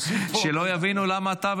לא יבינו למה אתה,